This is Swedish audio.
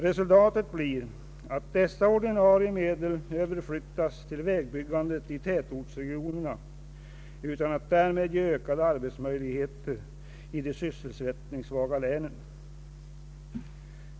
Resultatet blir, att dessa ordinarie medel överflyttas till vägbyggandet i tätortsregionerna utan att därmed ökade arbetsmöjligheter skapas i de sysselsättningssvaga länen.